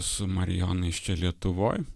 su marijonais čia lietuvoj